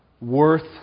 worth